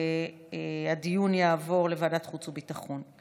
הדיון יעבור לוועדת חוץ וביטחון.